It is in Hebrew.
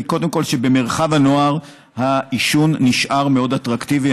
היא קודם כול שבמרחב הנוער העישון נשאר מאוד אטרקטיבי,